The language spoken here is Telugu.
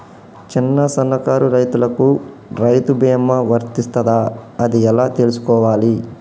చిన్న సన్నకారు రైతులకు రైతు బీమా వర్తిస్తదా అది ఎలా తెలుసుకోవాలి?